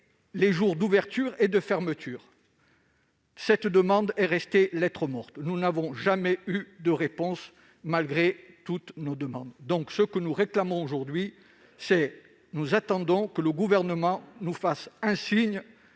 les jours d'ouverture et de fermeture. Cette demande est restée lettre morte. Nous n'avons jamais eu de réponse malgré toutes nos demandes. Nous attendons aujourd'hui que le Gouvernement nous fasse un signe